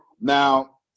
Now